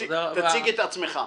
תודה רבה.